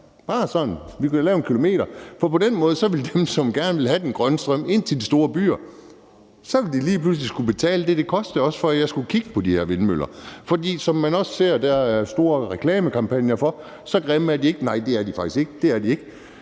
gøre det inden for en kilometer. For på den måde ville dem, som gerne ville have den grønne strøm ind til de store byer, så også lige pludselig skulle betale for det, som det kostede, for at jeg skulle kigge på de her vindmøller. For de er, som det også fremgår af de store reklamekampagner, ikke så grimme. Nej, det er de faktisk ikke. Man vænner